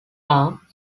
are